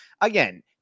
again